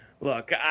look